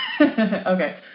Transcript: Okay